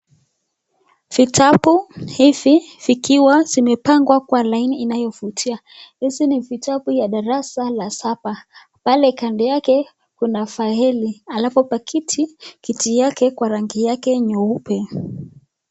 Vitabu hivi vikiwa zimepangwa kwa laini inayovutia ,hizi ni vitabu ya darasa la saba , pale kando yake kuna faili alafu kwa kiti, kiti yake kwa rangi yake nyeupe.